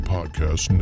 Podcast